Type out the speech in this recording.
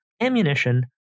ammunition